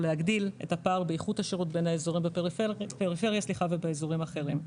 להגדיל את הפער באיכות השירות בין האזורים בפריפריה לבין אזורים אחרים.